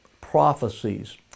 prophecies